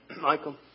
Michael